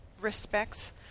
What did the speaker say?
respects